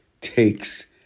takes